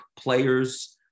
players